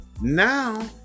Now